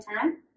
time